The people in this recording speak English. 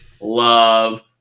love